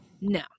No